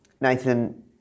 Nathan